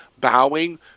bowing